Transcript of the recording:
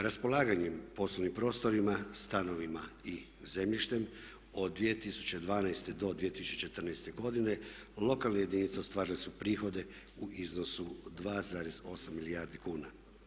Raspolaganjem poslovnim prostorima, stanovima i zemljištem od 2012. do 2014. godine lokalne jedinice ostvarile su prihode u iznosu od 2,8 milijarde kuna.